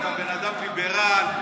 אתה אדם ליברל,